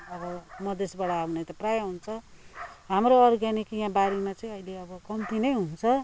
अब मधेसबाट आउने त प्रायः हुन्छ हाम्रो अर्ग्यानिक यहाँ बारीमा चाहिँ अहिले अब कम्ती नै हुन्छ